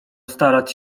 starać